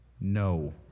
no